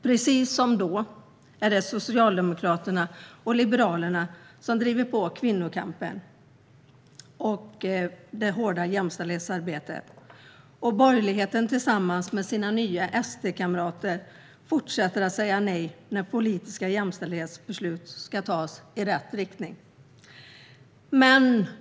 Precis som då är det Socialdemokraterna och Liberalerna som driver på kvinnokampen och det hårda jämställdhetsarbetet medan borgerligheten, tillsammans med sina nya SD-kamrater, fortsätter att säga nej när politiska jämställdhetsbeslut ska tas i rätt riktning.